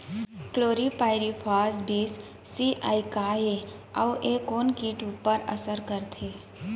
Chlorpyrifos बीस CE का हे अऊ ए कोन किट ऊपर असर करथे?